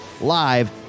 Live